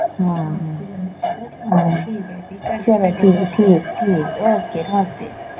हां हां चलो ठीक ऐ ठीक ठीक ओके नमस्ते